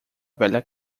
velha